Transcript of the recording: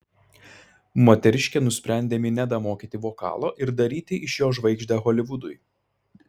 moteriškė nusprendė minedą mokyti vokalo ir daryti iš jo žvaigždę holivudui